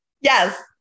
Yes